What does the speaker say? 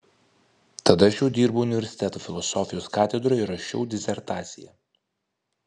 tada aš jau dirbau universiteto filosofijos katedroje ir rašiau disertaciją